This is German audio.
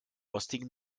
rostigen